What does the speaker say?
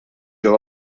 ġew